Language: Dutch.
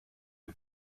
het